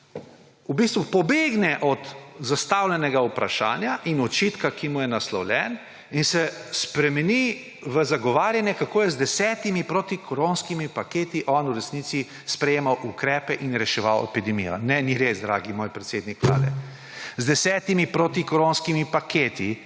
v bistvu pobegne od zastavljenega vprašanja in očitka, ki mu je naslovljen in se spremeni v zagovarjanje, kako je z desetimi protikoronskimi paketi on v resnici sprejemal ukrepe in reševali epidemijo. Ne, ni res, dragi moj predsednik Vlade! Z desetimi protikoronskimi paketi